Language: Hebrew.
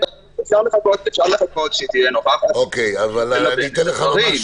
אפשר לחכות שהיא תהיה נוכחת ותלבן את הדברים.